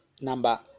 number